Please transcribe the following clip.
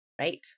Right